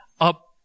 up